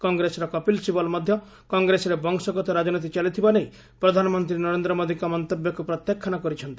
କଂଗ୍ରେସର କପିଲ ଶିବଲ ମଧ୍ୟ କଂଗ୍ରେସରେ ବଂଶଗତ ରାଜନୀତି ଚାଲିଥିବା ନେଇ ପ୍ରଧାନମନ୍ତ୍ରୀ ନରେନ୍ଦ୍ର ମୋଦିଙ୍କ ମନ୍ତବ୍ୟକୁ ପ୍ରତ୍ୟାଖ୍ୟାନ କରିଛନ୍ତି